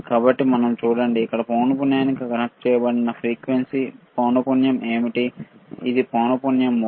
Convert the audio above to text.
కాబట్టి మనం చూడండి ఇక్కడ పౌనపున్యంకి కనెక్ట్ చేయబడిన పౌనపున్యం ఏమిటి ఇది పౌనపున్యం మోడ్